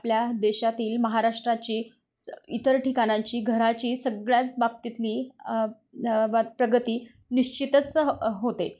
आपल्या देशातील महाराष्ट्राची स इतर ठिकाणाची घराची सगळ्याच बाबतीतली प्रगती निश्चितच होते